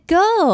go